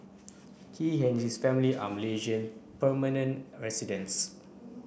he and his family are Malaysian permanent residents